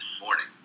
morning